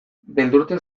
beldurtzen